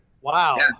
wow